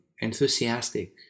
enthusiastic